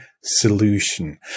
solution